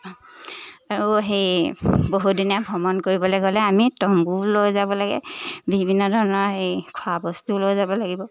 আৰু সেই বহুদিনীয়া ভ্ৰমণ কৰিবলৈ গ'লে আমি তম্বু লৈ যাব লাগে বিভিন্ন ধৰণৰ সেই খোৱা বস্তু লৈ যাব লাগিব